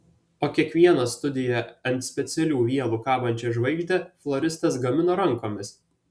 o kiekvieną studijoje ant specialių vielų kabančią žvaigždę floristas gamino rankomis